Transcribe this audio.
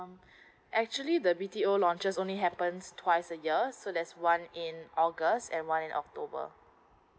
actually the B_T_O launches only happens twice a year so there's one in august and one in october